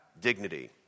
dignity